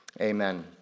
amen